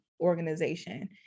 organization